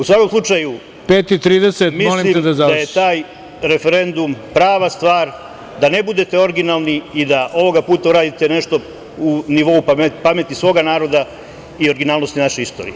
U svakom slučaju, mislim da je taj referendum prava stvar, da ne budete originalni i da ovoga puta uradite nešto u nivou pameti svoga naroda i originalnosti naše istorije.